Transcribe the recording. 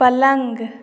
पलंग